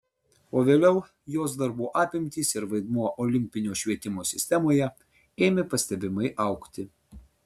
o vėliau jos darbų apimtys ir vaidmuo olimpinio švietimo sistemoje ėmė pastebimai augti